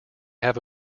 have